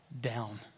down